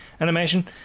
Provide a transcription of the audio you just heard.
animation